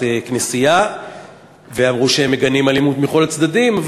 כנסייה ואמרו שהם מגנים אלימות מכל הצדדים.